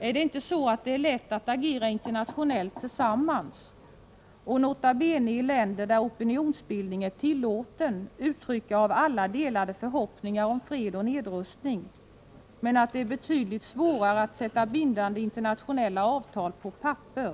Är det inte så att det är lätt att agera internationellt tillsammans och, nota bene i länder där opinionsbildning är tillåten, uttrycka av alla delade förhoppningar om fred och nedrustning, medan det är betydligt svårare att sätta bindande internationella avtal på papper?